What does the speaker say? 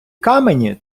камені